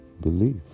belief